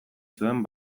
zuen